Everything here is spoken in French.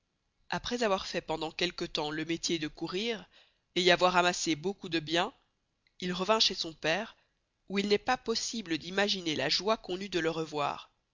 aprés avoir fait pendant quelque temps le mêtier de courier et y avoir amassé beaucoup de bien il revint chez son pere où il n'est pas possible d'imaginer la joye qu'on eut de le revoir